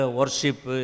worship